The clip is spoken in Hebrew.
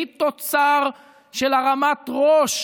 והיא תוצר של הרמת ראש